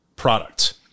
product